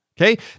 Okay